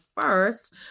first